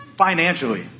Financially